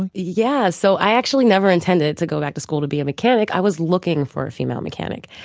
yeah. so i actually never intended to go back to school to be a mechanic. i was looking for a female mechanic.